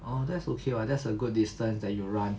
oh that's okay [what] that's a good distance that you run